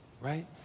right